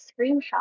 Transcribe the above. screenshot